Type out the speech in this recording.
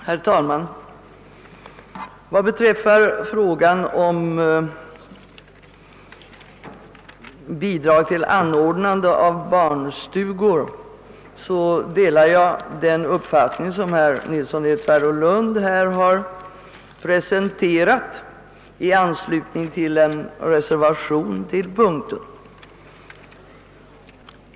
Herr talman! Vad beträffar frågan om bidrag till uppförande av barnstugor delar jag den uppfattning som herr Nilsson i Tvärålund presenterat i anslutning till en reservation vid punkten.